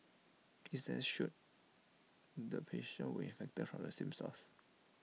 IT should the patients were infected from the same source